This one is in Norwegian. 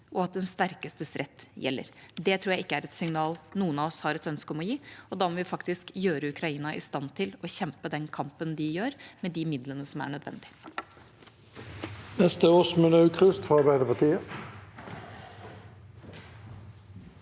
og at den sterkestes rett gjelder. Det tror jeg ikke er et signal noen av oss har et ønske om å gi, og da må vi faktisk gjøre Ukraina i stand til å kjempe den kampen de gjør, med de midlene som er nødvendig.